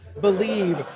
believe